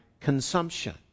consumption